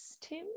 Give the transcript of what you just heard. Tim